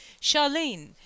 Charlene